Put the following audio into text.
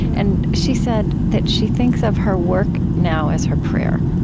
and she said that she thinks of her work now as her prayer,